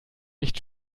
nicht